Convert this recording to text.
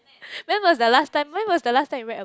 when was the last time when was the last time you read a